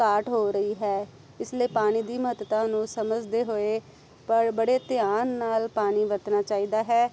ਘਾਟ ਹੋ ਰਹੀ ਹੈ ਇਸ ਲਈ ਪਾਣੀ ਦੀ ਮਹੱਤਤਾ ਨੂੰ ਸਮਝਦੇ ਹੋਏ ਪਰ ਬੜੇ ਧਿਆਨ ਨਾਲ ਪਾਣੀ ਵਰਤਣਾ ਚਾਹੀਦਾ ਹੈ